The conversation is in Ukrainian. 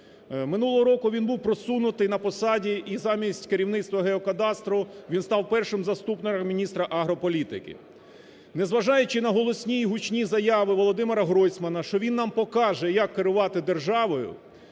Минулого року він був просунутий на посаді, і, замість керівництва геокадастру, він став першим заступником міністра агрополітики. Незважаючи на голосні і гучні заяви Володимира Гройсмана, що він нам покаже, як керувати державою,